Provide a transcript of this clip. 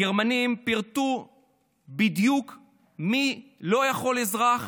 הגרמנים פירטו בדיוק מי לא יכול להיות אזרח,